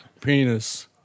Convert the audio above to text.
penis